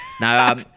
Now